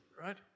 right